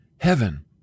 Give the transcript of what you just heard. heaven